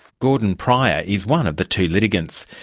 gordon prior is one of the two litigants.